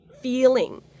feeling